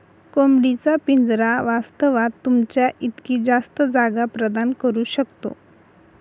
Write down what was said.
कोंबडी चा पिंजरा वास्तवात, तुमच्या इतकी जास्त जागा प्रदान करू शकतो